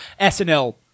SNL